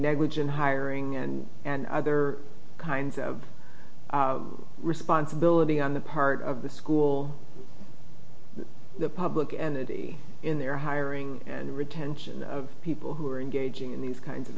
negligent hiring and and other kinds of responsibility on the part of the school the public and in their hiring and retention of people who are engaging in these kinds of